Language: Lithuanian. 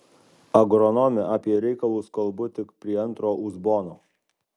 agronome apie reikalus kalbu tik prie antro uzbono